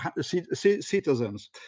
citizens